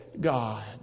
God